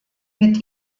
mit